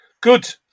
Good